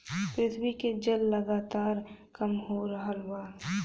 पृथ्वी के जल लगातार कम हो रहल बा